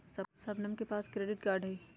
शबनम के पास credit card हई